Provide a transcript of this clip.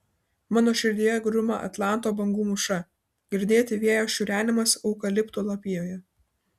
mano širdyje gruma atlanto bangų mūša girdėti vėjo šiurenimas eukaliptų lapijoje